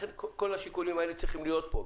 לכן כל השיקולים האלה צריכים להיות פה,